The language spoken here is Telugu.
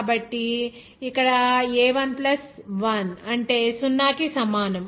కాబట్టి ఇక్కడ a1 1 అంటే సున్నాకి సమానం